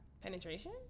Penetration